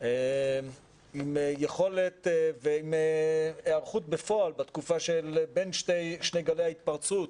עם יכולת ועם היערכות בפועל בתקופה של בין שני גלי ההתפרצות,